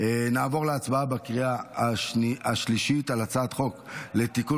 נעבור להצבעה בקריאה השלישית על הצעת חוק לתיקון